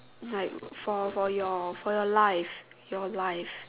like for for your for your life your life